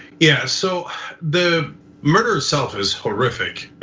yeah, so the murder itself is horrific.